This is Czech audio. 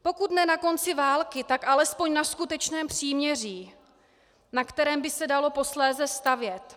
Pokud ne na konci války, tak alespoň na skutečném příměří, na kterém by se dalo posléze stavět.